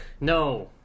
No